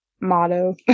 motto